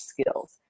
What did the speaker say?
skills